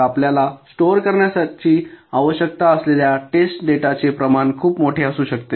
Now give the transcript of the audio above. तर आपल्याला स्टोअर करण्याची आवश्यकता असलेल्या टेस्ट डेटाचे प्रमाण खूप मोठे असू शकते